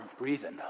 breathing